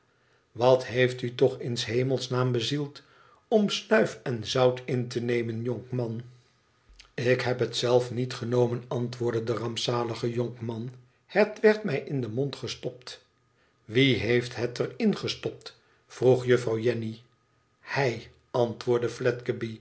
wat heeft u toch in s hemels naam bezield om snuif en zout in te nemen jonkman ik heb het zelf niet genomen antwoordde de rampzalige jonkman ihet werd mij in den mond gestopt t wie heeft het er in gestopt vroeg juffrouw jenny t hij antwoordde